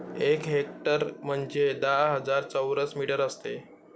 एक हेक्टर म्हणजे दहा हजार चौरस मीटर असते